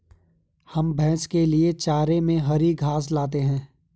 हम भैंस के लिए चारे में हरी घास लाते हैं